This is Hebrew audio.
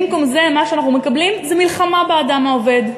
במקום זה, מה שאנחנו מקבלים זה מלחמה באדם העובד.